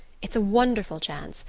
it's a wonderful chance,